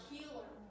Healer